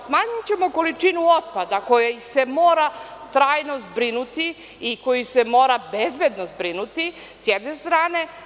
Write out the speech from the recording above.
Smanjićemo količinu otpada koji se mora trajno zbrinuti i koji se mora bezbedno zbrinuti, s jedne strane.